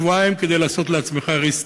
שבועיים כדי לעשות לעצמך restart.